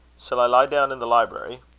shall i lie down in the library?